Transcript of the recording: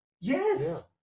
Yes